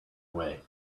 away